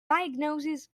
diagnosis